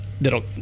that'll